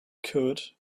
could